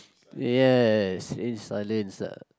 yes in silence ah